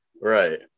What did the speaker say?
Right